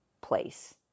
place